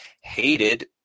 hated